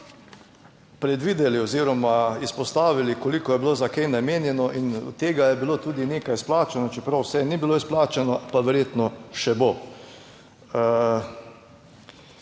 predvideli oziroma izpostavili koliko je bilo za kaj namenjeno in od tega je bilo tudi nekaj izplačano, čeprav vse ni bilo izplačano pa verjetno še bo.